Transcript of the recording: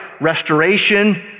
restoration